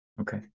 Okay